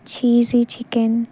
cheesy chicken